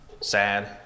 sad